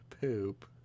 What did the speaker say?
poop